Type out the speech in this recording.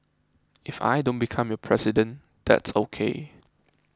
if I don't become your president that's okay